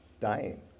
dying